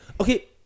okay